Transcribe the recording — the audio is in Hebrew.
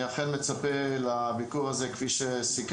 אני אכן מצפה לביקור הזה, כפי שסיכמנו.